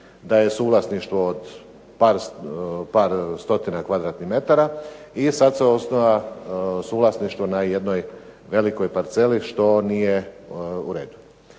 a je suvlasništvo od par stotina kvadratnih metara i sad sa osnova suvlasništva na jednoj velikoj parceli što nije u redu.